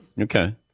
Okay